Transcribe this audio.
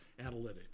analytics